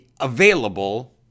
available